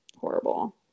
horrible